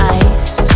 ice